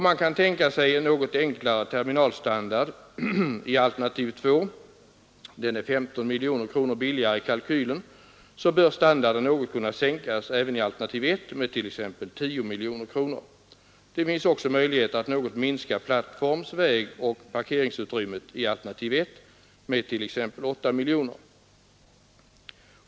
Om man kan tänka sig en något enklare terminalstandard i alternativ 2 — den är 15 miljoner kronor billigare i kalkylen — så bör standarden något kunna sänkas även i alternativ 1, med t.ex. 10 miljoner kronor. Det finns också möjlighet att något minska plattforms-, vägoch parkeringsutrymmet i alternativ 1, med t. ex 8 miljoner kronor.